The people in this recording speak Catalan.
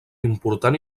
important